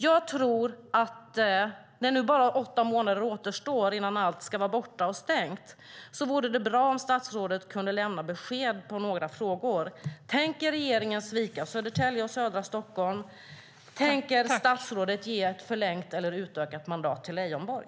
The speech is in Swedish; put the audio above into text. Jag tror att det, när nu bara åtta månader återstår tills allt ska vara borta och stängt, vore bra om statsrådet kunde lämna besked i några frågor. Tänker regeringen svika Södertälje och södra Stockholm? Tänker statsrådet ge ett förlängt eller utökat mandat till Leijonborg?